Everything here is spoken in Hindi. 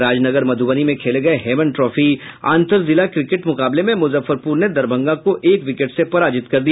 राजनगर मधुबनी में खेले गये हेमन ट्रॉफी अंतर जिला क्रिकेट मुकाबले में मुजफ्फरपुर ने दरभंगा को एक विकेट से पराजित कर दिया